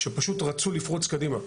שפשוט רצו לפרוץ קדומה.